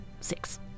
six